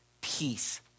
peace